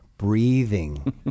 Breathing